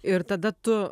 ir tada tu